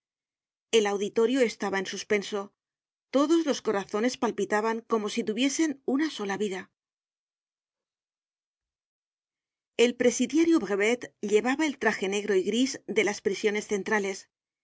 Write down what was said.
el auditorio estaba en suspenso todos los corazones palpitaban como si tuviesen una sola vida el presidiario brevet llevaba el traje negro y gris de las prisiones centrales